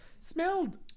smelled